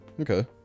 okay